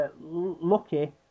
lucky